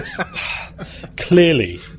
Clearly